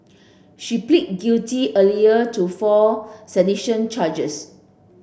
she pleaded guilty earlier to four sedition charges